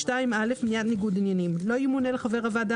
14מב2מניעת ניגוד עניינים לא ימונה לחבר הוועדה